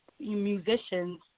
musicians